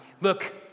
Look